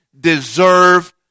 deserve